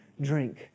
drink